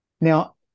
Now